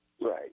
Right